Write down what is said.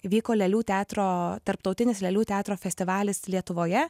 vyko lėlių teatro tarptautinis lėlių teatro festivalis lietuvoje